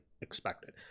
expected